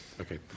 Okay